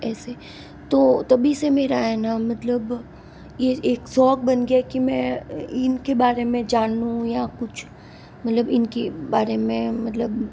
ऐसे तो तभी से मेरा है न मतलब यह एक शौक़ बन गया कि मैं इनके बारे में जानूँ या कुछ मतलब इनकी बारे में मतलब